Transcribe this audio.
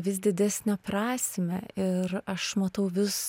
vis didesnę prasmę ir aš matau vis